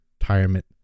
retirement